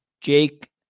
Jake